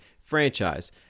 franchise